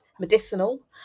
medicinal